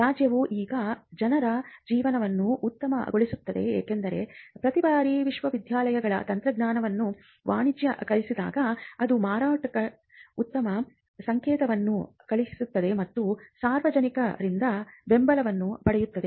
ರಾಜ್ಯವು ಈಗ ಜನರ ಜೀವನವನ್ನು ಉತ್ತಮಗೊಳಿಸುತ್ತಿದೆ ಏಕೆಂದರೆ ಪ್ರತಿ ಬಾರಿ ವಿಶ್ವವಿದ್ಯಾಲಯದ ತಂತ್ರಜ್ಞಾನವನ್ನು ವಾಣಿಜ್ಯೀಕರಿಸಿದಾಗ ಅದು ಮಾರುಕಟ್ಟೆಗೆ ಉತ್ತಮ ಸಂಕೇತವನ್ನು ಕಳುಹಿಸುತ್ತದೆ ಮತ್ತು ಸಾರ್ವಜನಿಕರಿಂದ ಬೆಂಬಲವನ್ನು ಪಡೆಯುತ್ತದೆ